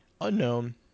unknown